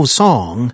song